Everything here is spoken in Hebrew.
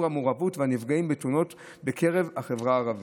המעורבים והנפגעים בתאונות בקרב החברה הערבית.